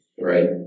right